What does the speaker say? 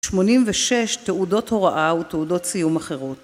86 תעודות הוראה ותעודות סיום אחרות